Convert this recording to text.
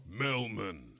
Melman